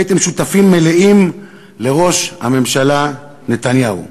הייתם שותפים מלאים לראש הממשלה נתניהו,